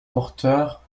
porteur